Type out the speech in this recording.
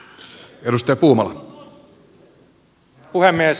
herra puhemies